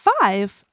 five